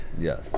Yes